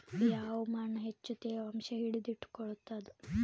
ಯಾವ್ ಮಣ್ ಹೆಚ್ಚು ತೇವಾಂಶ ಹಿಡಿದಿಟ್ಟುಕೊಳ್ಳುತ್ತದ?